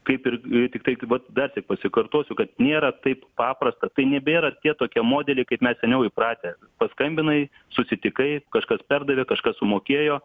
kaip ir tiktai vat dar syk pasikartosiu kad nėra taip paprasta tai nebėra tie tokie modeliai kaip mes seniau įpratę paskambinai susitikai kažkas perdavė kažkas sumokėjo